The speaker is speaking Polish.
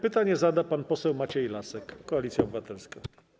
Pytanie zada pan poseł Maciej Lasek, Koalicja Obywatelska.